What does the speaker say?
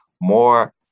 more